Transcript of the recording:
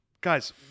Guys